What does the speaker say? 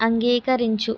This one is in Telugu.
అంగీకరించు